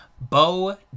Bo